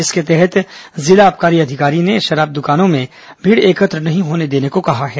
इसके तहत जिला आबकारी अधिकारी ने शराब दुकानों में भीड़ एकत्र नहीं होने देने को कहा है